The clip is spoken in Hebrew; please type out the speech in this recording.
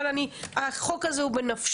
אבל החוק הזה הוא בנפשי,